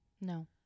no